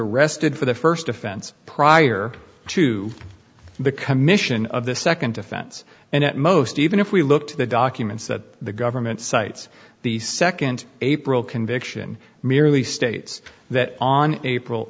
arrested for the first offense prior to the commission of the second offense and most even if we look to the documents that the government cites the second april conviction merely states that on april